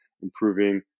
improving